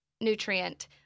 nutrient